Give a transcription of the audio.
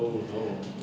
oh no